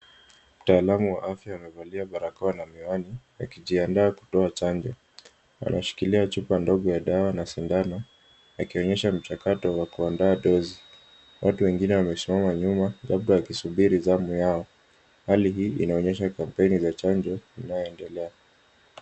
Mtaalamu wa afya amevalia barakoa na miwani akijiandaa kutoa chanjo. Anashikilia chupa ndogo ya dawa na sindano akionyesha mchakato wa kuandaa dozi. Watu wengine wamesimama nyuma labda wakisubiri zamu yao. Hali hii inaonyesha kampeni za chanjo inayoendelea.